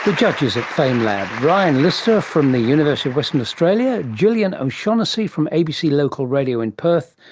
judges at famelab, ryan lister from the university of western australia, gillian o'shaughnessy from abc local radio in perth,